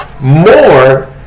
more